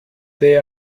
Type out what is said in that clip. they